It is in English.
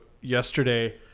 yesterday